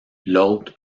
l’autre